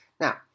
Now